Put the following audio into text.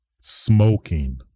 Smoking